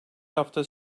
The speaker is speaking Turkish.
hafta